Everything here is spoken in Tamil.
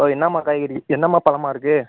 ஹலோ என்னம்மா காய்கறி என்னம்மா பழம்மா இருக்கு